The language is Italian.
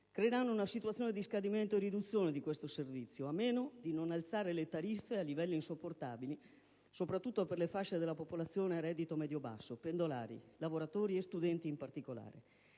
creeranno una situazione di scadimento e riduzione di questo servizio, a meno di non alzare le tariffe a livelli insopportabili soprattutto per le fasce della popolazione a reddito medio-basso: pendolari, lavoratori e studenti, in particolare.